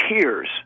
tears